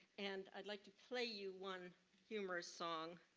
and i'd like to play you one humors song